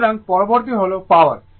সুতরাং পরবর্তী হল পাওয়ার